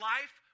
Life